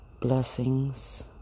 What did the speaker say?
blessings